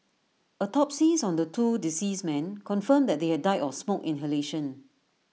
autopsies on the two deceased men confirmed that they had died of smoke inhalation